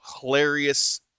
hilarious